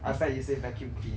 expect you to say vacuum